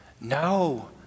No